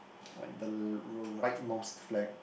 like the l~ r~ right most flag